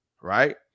right